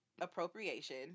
appropriation